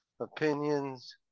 opinions